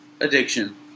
addiction